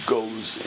goes